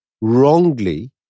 wrongly